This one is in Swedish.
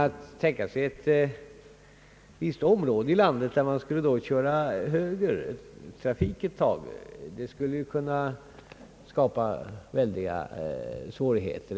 Att stänga av vissa områden i landet och låta bilisterna träna högertrafik där, skulle kunna skapa väldiga svårigheter.